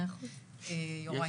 יוראי.